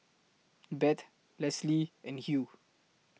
Bette Leslie and Hugh